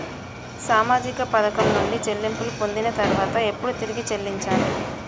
సామాజిక పథకం నుండి చెల్లింపులు పొందిన తర్వాత ఎప్పుడు తిరిగి చెల్లించాలి?